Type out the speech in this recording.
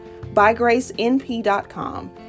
bygracenp.com